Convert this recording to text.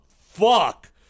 fuck